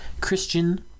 Christian